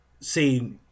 see